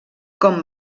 com